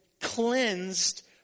cleansed